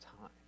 time